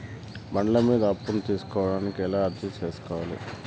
బండ్ల మీద అప్పును తీసుకోడానికి ఎలా అర్జీ సేసుకోవాలి?